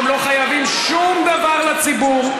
הם לא חייבים שום דבר לציבור,